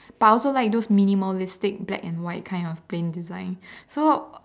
but I also like those minimalistic black and white kind of plain design so